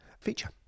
feature